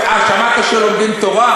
אה, שמעת שלומדים תורה?